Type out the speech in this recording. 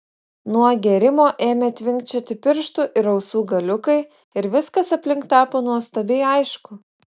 nuo gėrimo ėmė tvinkčioti pirštų ir ausų galiukai ir viskas aplink tapo nuostabiai aišku